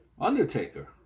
undertaker